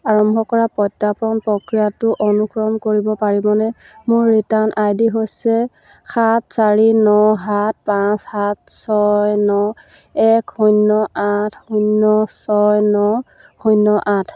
আৰম্ভ কৰা প্ৰত্যৰ্পণ প্ৰক্ৰিয়াটো অনুসৰণ কৰিব পাৰিবনে মোৰ ৰিটাৰ্ণ আই ডি হৈছে সাত চাৰি ন সাত পাঁচ সাত ছয় ন এক শূন্য আঠ শূন্য ছয় ন শূন্য আঠ